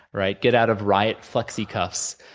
right? get out of riot flexi cuffs.